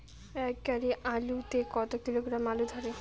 এক গাড়ি আলু তে কত কিলোগ্রাম আলু ধরে?